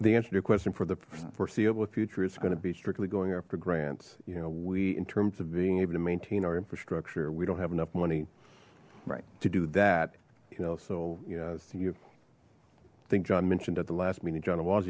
the answer your question for the foreseeable future it's going to be strictly going after grants you know we in terms of being able to maintain our infrastructure we don't have enough money right to do that you know so you know you think john mentioned at the last meeting john w